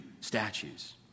statues